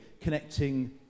connecting